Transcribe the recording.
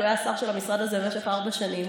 כי הוא היה השר של המשרד הזה במשך ארבע שנים,